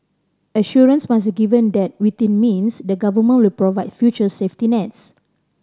assurance must be given that within means the Government will provide future safety nets